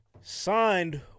Signed